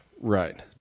right